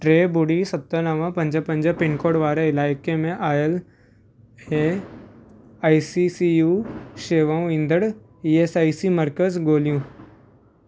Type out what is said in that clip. टे ॿुड़ी सत नव पंज पंज पिनकोड वारे इलाइक़े में आयल ऐं आई सी सी यू शेवाऊं ॾींदड़ु ई एस आई सी मर्कज़ ॻोल्हियो